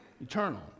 Eternal